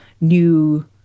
new